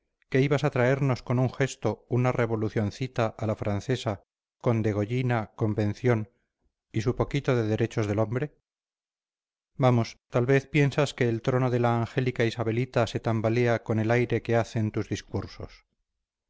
que ibas a traernos con un gesto una revolucioncita a la francesa con degollina convención y su poquito de derechos del hombre vamos tal vez piensas que el trono de la angélica isabelita se tambalea con el aire que hacen tus discursos